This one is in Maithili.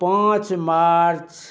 पाँच मार्च